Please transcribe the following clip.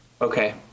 Okay